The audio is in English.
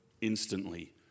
instantly